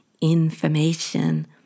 information